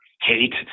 hate